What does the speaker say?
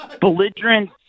belligerent